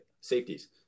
safeties